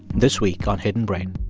this week on hidden brain